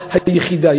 הדעה היחידה.